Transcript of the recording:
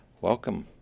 welcome